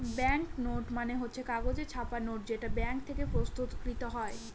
bank note মানে হচ্ছে কাগজে ছাপা নোট যেটা ব্যাঙ্ক থেকে প্রস্তুত কৃত হয়